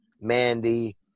Mandy